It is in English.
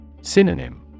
Synonym